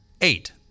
eight